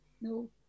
No